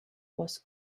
was